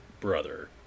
brother